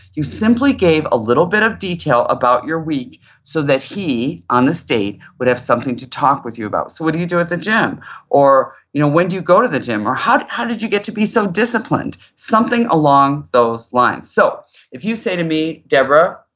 you simply gave a little bit of detail about your week so that he, on this date, would have something to talk with you about. so what do you do at the gym or you know when do you go to the gym or how did you get to be so disciplined? something along those lines. so if you say to me, debra,